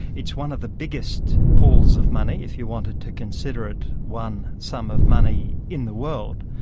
it's one of the biggest pools of money, if you wanted to consider it one sum of money in the world,